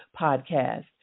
podcast